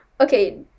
Okay